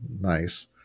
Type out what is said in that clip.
nice